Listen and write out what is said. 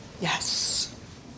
Yes